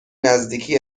نزدیکی